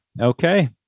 Okay